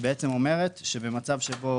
היא אומרת שבמצב שבו